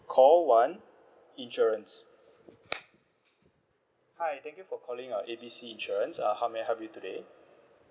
call one insurance hi thank you for calling uh A B C insurance uh how may I help you today